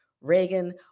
Reagan